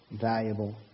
valuable